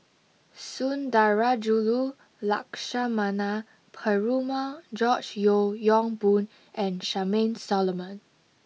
Sundarajulu Lakshmana Perumal George Yeo Yong Boon and Charmaine Solomon